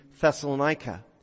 Thessalonica